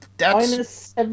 minus